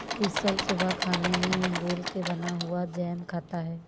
कुशल सुबह खाने में अंगूर से बना हुआ जैम खाता है